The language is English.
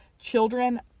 children